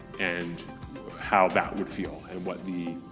and how that would feel, and what the